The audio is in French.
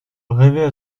rêver